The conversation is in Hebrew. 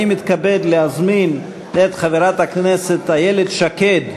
אני מתכבד להזמין את חברת הכנסת איילת שקד,